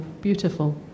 Beautiful